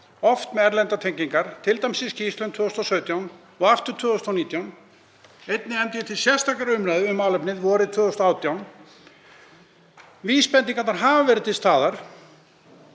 oft með erlendar tengingar, t.d. í skýrslu 2017 og aftur 2019. Einnig efndi ég til sérstakrar umræðu um málefnið vorið 2018. Vísbendingarnar hafa verið til staðar.